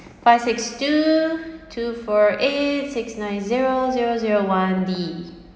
five six two two four eight six nine zero zero zero one D